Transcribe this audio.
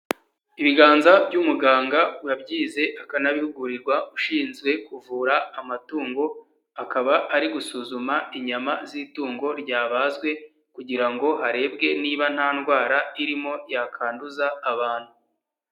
Ibiganza by'umuganga wabyize akanabigurirwa ushinzwe kuvura amatungo, akaba ari gusuzuma inyama z'itungo ryabazwe kugira ngo harebwe niba nta ndwara irimo yakanduza abantu.